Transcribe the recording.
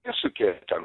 nesukė ten